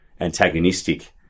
antagonistic